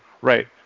right